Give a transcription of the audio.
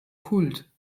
kult